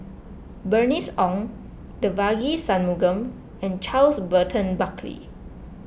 Bernice Ong Devagi Sanmugam and Charles Burton Buckley